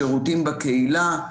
שירותים בקהילה.